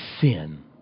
Sin